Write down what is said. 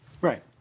Right